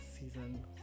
season